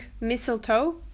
mistletoe